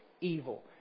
evil